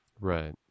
Right